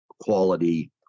quality